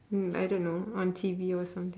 hmm I don't know on T_V or someth~